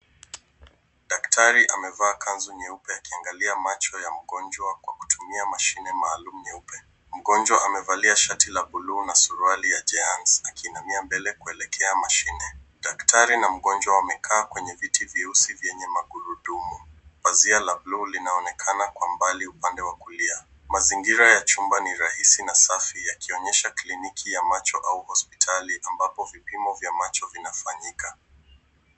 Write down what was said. Daktari amevaa kanzu nyeupe akiangalia macho ya mgonjwa kwa kutumia mashine maalum nyeupe. Mgonjwa amevalia shati la blue na suruali ya jeansi akiinamia mbele kuelekea mashine. Daktari na mgonjwa wamekaa kwenye viti vieusi vyenye magurudumu. Pazia la blue linaonekana kwa mbali upande wa kulia. Mazingira ya chumba ni rahisi na safi, yakionyesha kliniki ya macho au hospitali ambapo vipimo vya macho vinafanyika.